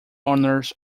owners